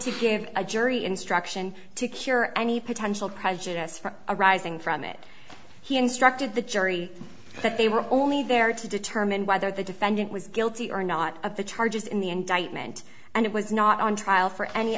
to give a jury instruction to cure any potential prejudice from arising from it he instructed the jury that they were only there to determine whether the defendant was guilty or not of the charges in the indictment and it was not on trial for any